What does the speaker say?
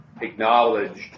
acknowledged